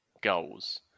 goals